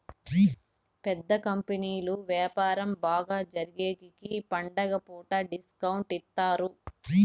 పెద్ద కంపెనీలు వ్యాపారం బాగా జరిగేగికి పండుగ పూట డిస్కౌంట్ ఇత్తారు